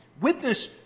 witness